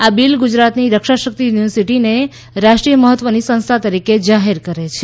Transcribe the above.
આ બિલ ગુજરાતની રક્ષાશક્તિ યુનિવર્સિટીને રાષ્ટ્રીય મહત્વની સંસ્થા તરીકે જાહેર કરે છે